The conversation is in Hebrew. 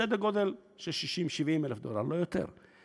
סדר גודל של 60,000, 70,000 דולר, לא יותר.